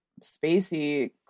spacey